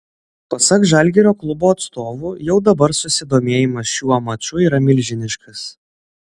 pasak žalgirio klubo atstovų jau dabar susidomėjimas šiuo maču yra milžiniškas